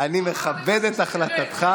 אני מכבד את החלטתך.